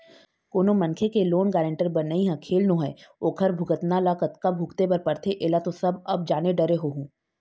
कोनो मनखे के लोन गारेंटर बनई ह खेल नोहय ओखर भुगतना ल कतका भुगते बर परथे ऐला तो सब अब जाने डरे होहूँ